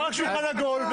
היה רק שולחן עגול,